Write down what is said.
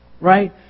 Right